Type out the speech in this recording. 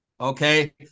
Okay